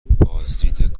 بازدید